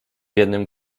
jednym